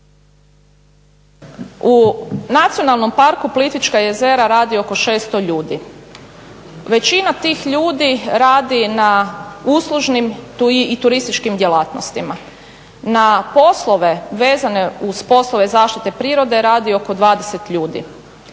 u nacionalnom parku Plitvička jezera radio oko 600 ljudi, većina tih ljudi radi na uslužnim i turističkim djelatnostima. Na poslove vezane uz poslove zaštite prirode radio oko 20 ljudi.